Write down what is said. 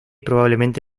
probablemente